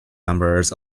members